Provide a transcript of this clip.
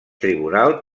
tribunal